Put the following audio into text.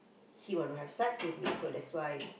he want to have sex with me so that's why